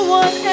one